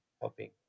helping